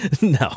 No